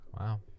Wow